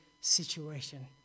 situation